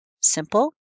Simple